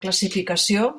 classificació